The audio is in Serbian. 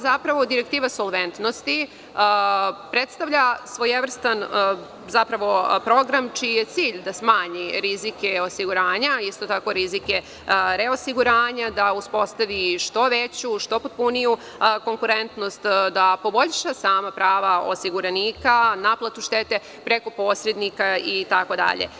Zapravo ta direktiva solventnosti, predstavlja svojevrstan program čiji je cilj da smanji rizike osiguranja, isto tako rizike reosiguranja, da uspostavi što veću, što potpuniju konkurentnost, da poboljša sama prava osiguranika, naplatu štete preko posrednika itd.